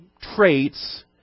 traits